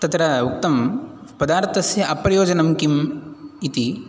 तत्र उक्तं पदार्थस्य अप्रयोजनं किम् इति